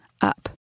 up